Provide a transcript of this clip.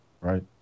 right